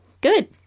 good